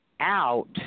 out